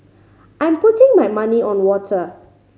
I'm putting my money on water